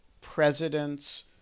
presidents